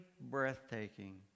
breathtaking